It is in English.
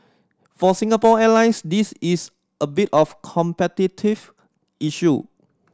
for Singapore Airlines this is a bit of a competitive issue